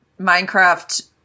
Minecraft